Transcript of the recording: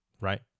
right